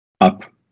up